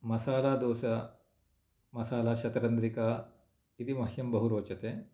मसालादोसा मसालाशतरन्ध्रिका इति मह्यं बहु रोचते